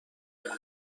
جاده